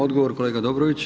Odgovor kolega Dobrović.